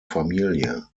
familie